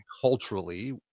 culturally